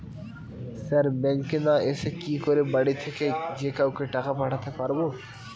Sir ব্যাঙ্কে না এসে কি করে বাড়ি থেকেই যে কাউকে টাকা পাঠাতে পারবো?